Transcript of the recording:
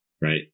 right